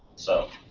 so,